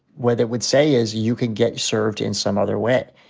what it would say is, you can get served in some other way.